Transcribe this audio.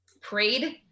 prayed